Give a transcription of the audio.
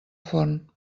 forn